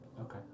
Okay